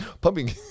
Pumping